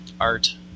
art